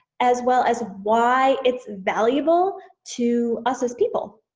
as well as, why it's valuable to us as people.